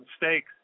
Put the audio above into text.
mistakes